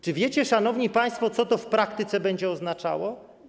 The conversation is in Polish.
Czy wiecie, szanowni państwo, co to w praktyce będzie oznaczało?